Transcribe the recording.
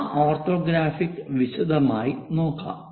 ആ ഓർത്തോഗ്രാഫിക്സ് വിശദമായി നോക്കാം